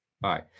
Bye